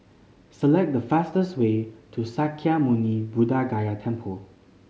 select the fastest way to Sakya Muni Buddha Gaya Temple